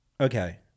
Okay